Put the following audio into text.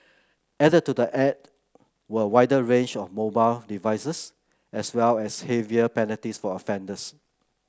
added to the act were a wider range of mobile devices as well as heavier penalties for offenders